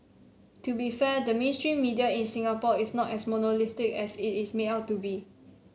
to be fair the mainstream media in Singapore is not as monolithic as it is made out to be